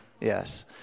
yes